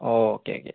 oh okay okay